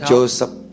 Joseph